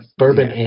bourbon